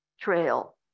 trail